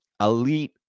elite